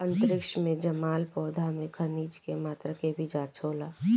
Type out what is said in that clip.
अंतरिक्ष में जामल पौधा में खनिज के मात्रा के जाँच भी होला